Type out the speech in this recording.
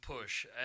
push